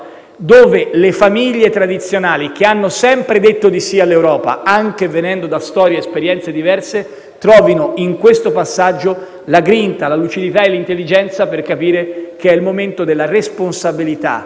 dove le famiglie tradizionali, che hanno sempre detto di sì all'Europa, anche venendo da storie ed esperienze diverse, trovino in questo passaggio la grinta, la lucidità e l'intelligenza per capire che è il momento della responsabilità